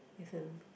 if I'm